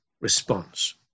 response